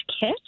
kit